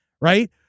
Right